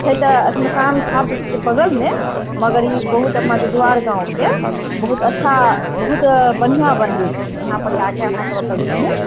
छै तऽ असमसान घाटके बगलमे मगर ई बहुत अपना जजुआर गावँके बहुत अच्छा बहुत बढ़िआँ मन्दिर छै इहाँ पर आके अहाँ सब एतऽ घूमू